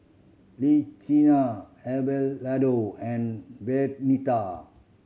Abelardo and Vernita